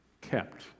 kept